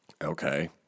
Okay